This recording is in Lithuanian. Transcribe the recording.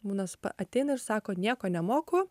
būna ateina ir sako nieko nemoku